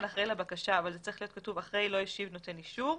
"לא השיב נותן אישור"